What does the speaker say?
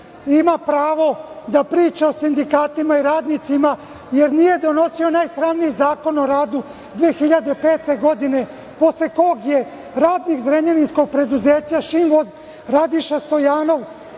ima pravo da priča o sindikatima i radnicima, jer nije donosio najsramniji Zakon o radu 2005. godine, posle kog je radnik zrenjaninskog preduzeća "Šinvoz" Radiša Stojanov,